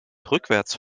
rückwärts